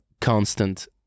constant